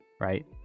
right